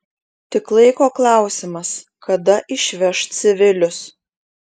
tik laiko klausimas kada išveš civilius